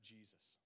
Jesus